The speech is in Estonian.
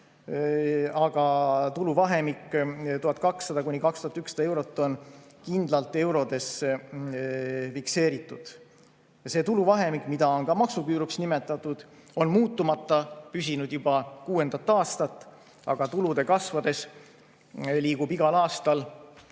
aga tuluvahemik 1200–2100 eurot on kindlalt eurodes fikseeritud. See tuluvahemik, mida on ka maksuküüruks nimetatud, püsib muutumatuna juba kuuendat aastat. Tulude kasvades liigub igal aastal